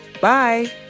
Bye